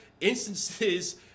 instances